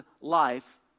life